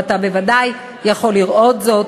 ואתה ודאי יכול לראות זאת,